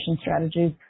strategies